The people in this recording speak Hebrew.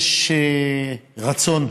יש רצון